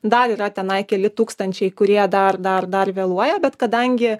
dar yra tenai keli tūkstančiai kurie dar dar dar vėluoja bet kadangi